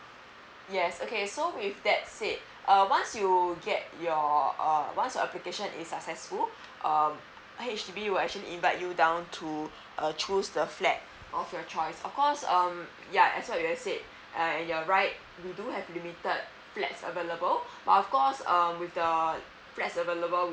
yes okay so with that said uh once you get your uh once your application is successful um H_D_B will actually invite you down to uh choose the flat of your choice of course um ya as what we've said uh you're right we do have limited flats available but of course um with the flats available